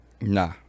nah